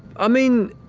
i mean